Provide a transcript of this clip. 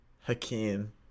Hakeem